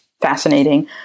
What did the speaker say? fascinating